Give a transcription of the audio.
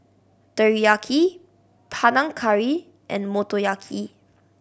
Teriyaki Panang Curry and Motoyaki